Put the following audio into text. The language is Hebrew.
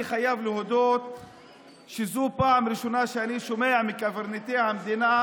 אני חייב להודות שזו פעם ראשונה שאני שומע מקברניטי המדינה